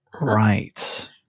Right